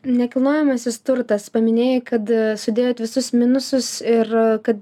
nekilnojamasis turtas paminėjai kad sudėjot visus minusus ir kad